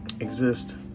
exist